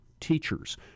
teachers